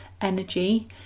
energy